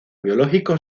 biológico